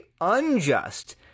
unjust